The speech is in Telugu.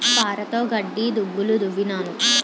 పారతోగడ్డి దుబ్బులు దవ్వినాను